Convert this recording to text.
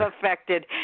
affected